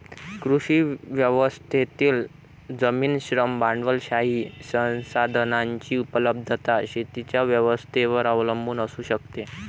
कृषी व्यवस्थेतील जमीन, श्रम, भांडवलशाही संसाधनांची उपलब्धता शेतीच्या व्यवस्थेवर अवलंबून असू शकते